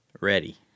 Ready